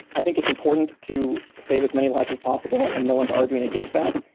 i think it's important to save as many lives as possible and no one's arguing against that,